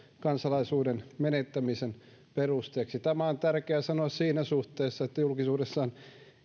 kansalaisuuden menettämisen perusteeksi tämä on tärkeää sanoa siinä suhteessa kun julkisuudessa on